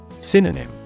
Synonym